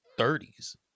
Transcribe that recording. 30s